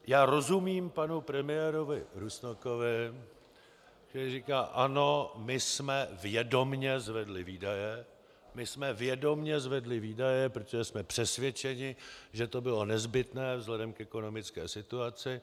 Já rozumím panu premiérovi Rusnokovi, který říká: Ano, my jsme vědomě zvedli výdaje, my jsme vědomě zvedli výdaje, protože jsme přesvědčeni, že to bylo nezbytné vzhledem k ekonomické situaci.